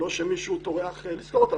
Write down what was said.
לא שמישהו טורח לזכור אותן,